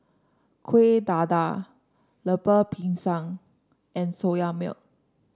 Kueh Dadar Lemper Pisang and Soya Milk